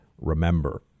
remember